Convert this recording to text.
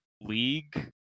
League